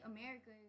America